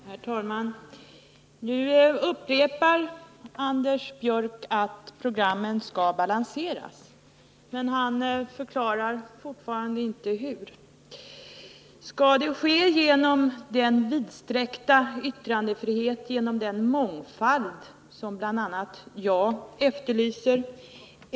Herr talman! Anders Björck upprepar att programmen skall balanseras, men han förklarar fortfarande inte hur. Skall det ske genom den vidsträckta yttrandefrihet, genom den mångfald som bl.a. jag efterlyser?